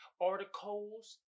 Articles